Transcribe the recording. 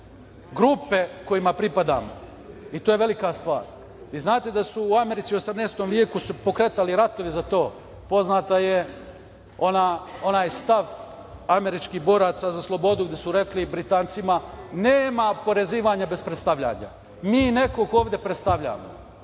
grupe kojima pripadamo i to je velika stvar. Vi znate da su se u Americi u 18. veku pokretali ratovi za to. Poznat je onaj stav američkih boraca za slobodu gde su rekli Britancima – nema oporezivanja bez predstavljanja. Mi smo neko ko ovde predstavlja,